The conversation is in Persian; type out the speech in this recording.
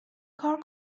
کار